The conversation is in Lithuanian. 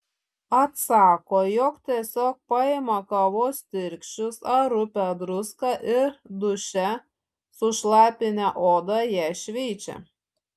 atsako jog tiesiog paima kavos tirščius ar rupią druską ir duše sušlapinę odą ją šveičia